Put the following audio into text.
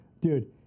dude